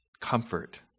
comfort